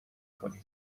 کنی